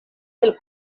del